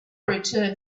returned